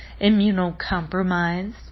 immunocompromised